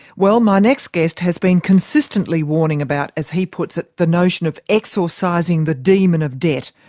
well, my next guest has been consistently warning about, as he puts it, the notion of exorcising the demon of debt,